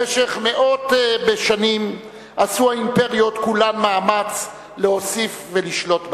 במשך מאות בשנים עשו האימפריות כולן מאמץ להוסיף ולשלוט בהן.